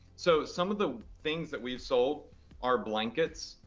so some of the things that we've sold are blankets.